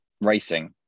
racing